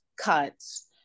cuts